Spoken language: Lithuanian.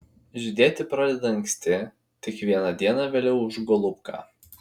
žydėti pradeda anksti tik viena diena vėliau už golubką